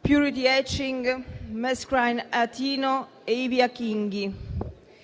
Purity Achieng, Macrine Atieno e Ivy Akinyi,